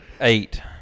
Eight